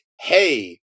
hey